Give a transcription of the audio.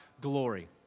glory